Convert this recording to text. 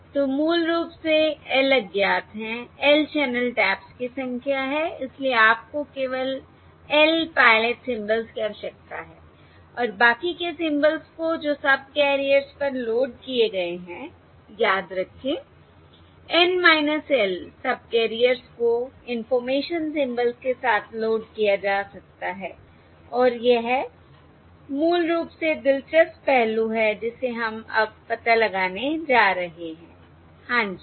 तो मूल रूप से L अज्ञात हैं L चैनल टैप्स की संख्या है इसलिए आपको केवल L पायलट सिंबल्स की आवश्यकता है और बाकी के सिंबल्स को जो सबकैरियर्स पर लोड किए गए हैं याद रखें N - L सबकैरियर्स को इंफॉर्मेशन सिंबल्स के साथ लोड किया जा सकता है और यह मूल रूप से दिलचस्प पहलू है जिसे हम अब पता लगाने जा रहे हैं हाँ जी